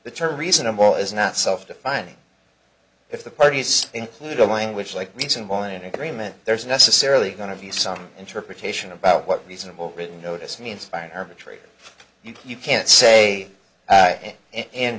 the term reasonable is not self defining if the parties include a language like reasonable any agreement there is necessarily going to be some interpretation about what reasonable written notice means by her betrayal you can't say